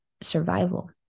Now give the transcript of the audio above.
survival